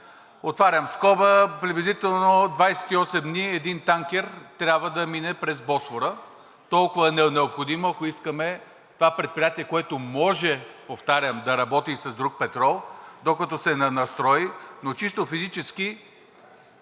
Отварям скоба – приблизително 28 дни един танкер трябва да мине през Босфора, толкова е необходимо, ако искаме това предприятие, което може – повтарям, да работи с друг петрол, докато се настрои, но чисто физически